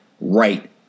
right